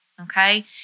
okay